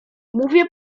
mówię